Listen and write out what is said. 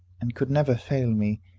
and could never fail me.